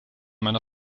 meiner